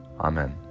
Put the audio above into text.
amen